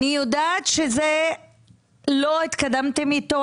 אני יודעת שזה לא התקדמתם איתו,